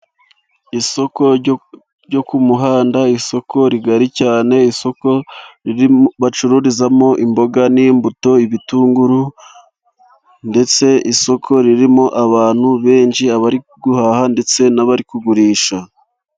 Isoko ryo ku muhanda, isoko rigari cyane, isoko bacururizamo imboga n'imbuto, ibitunguru ndetse isoko ririmo abantu benshi, abari guhaha ndetse n'abari kugurisha.